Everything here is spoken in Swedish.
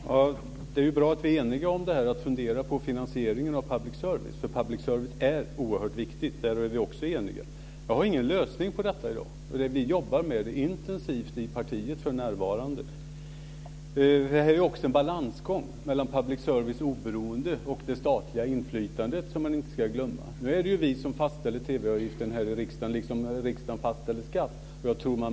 Fru talman! Det är bra att vi är eniga om att fundera över finansieringen av public service, för public service är oerhört viktig. Också om det är vi eniga. Jag har i dag ingen lösning på detta. Vi jobbar för närvarande intensivt med detta i partiet. Det är också en balansgång mellan public service oberoende och det statliga inflytandet, som man inte ska glömma. Det är riksdagen som fastställer TV avgiften, liksom riksdagen också fastställer skatt.